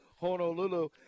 Honolulu